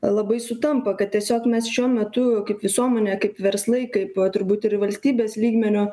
labai sutampa kad tiesiog mes šiuo metu kaip visuomenė kaip verslai kaip turbūt ir valstybės lygmeniu